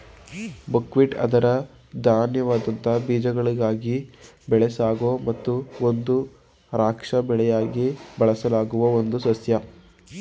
buckwheat ಅದರ ಧಾನ್ಯದಂತಹ ಬೀಜಗಳಿಗಾಗಿ ಬೆಳೆಸಲಾಗೊ ಮತ್ತು ಒಂದು ರಕ್ಷಾ ಬೆಳೆಯಾಗಿ ಬಳಸಲಾಗುವ ಒಂದು ಸಸ್ಯ